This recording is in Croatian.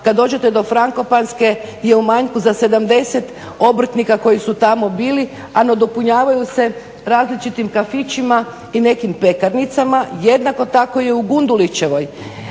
kada dođete do Frankopanske je u manjku za 70 obrtnika koji su tamo bili a nadopunjavaju se različitim kafićima i nekim pekarnicama. Jednako tako je i u Gundulićevoj